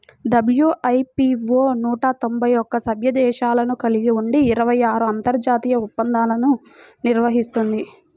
WIPO నూట తొంభై ఒక్క సభ్య దేశాలను కలిగి ఉండి ఇరవై ఆరు అంతర్జాతీయ ఒప్పందాలను నిర్వహిస్తుంది